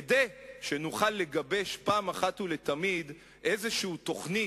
כדי שנוכל לגבש פעם אחת ולתמיד איזו תוכנית,